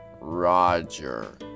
Roger